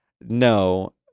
No